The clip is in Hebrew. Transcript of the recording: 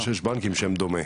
יש בנק עם שם דומה,